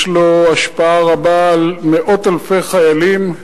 יש לו השפעה רבה על מאות אלפי חיילים.